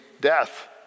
death